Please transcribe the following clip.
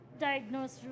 diagnosed